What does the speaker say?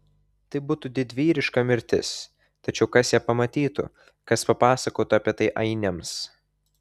tai būtų didvyriška mirtis tačiau kas ją pamatytų kas papasakotų apie tai ainiams